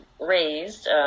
raised